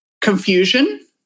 Confusion